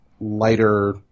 lighter